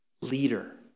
leader